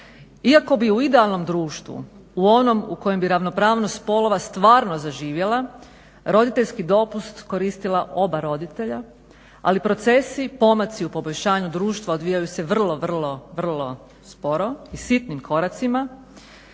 Iako bi u idealnom društvu, u onom u kojem bi ravnopravnost spolova stvarno zaživjela roditeljski dopust koristila oba roditelja ali procesi, pomaci u poboljšanju društva odvijaju se vrlo, vrlo, vrlo sporo i sitnim koracima.